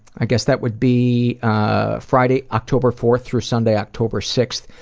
i guess that would be ah friday, october fourth through sunday, october sixth,